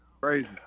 Crazy